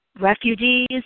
refugees